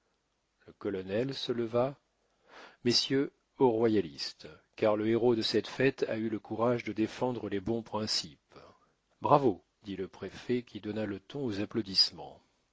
le colonel se leva messieurs au royaliste car le héros de cette fête a eu le courage de défendre les bons principes bravo dit le préfet qui donna le ton aux applaudissements